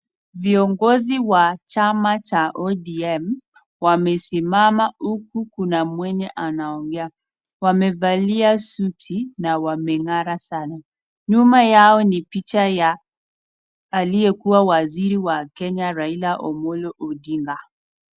Viongozi wa chama cha ODM wamesimama huku kuna mwenye anaongea . Wamevalia suti na wamengara sana . Nyuma yao ni picha ya aliyekuwa waziri wa Kenya Raila Omolo Odinga.